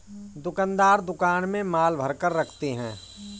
दुकानदार दुकान में माल भरकर रखते है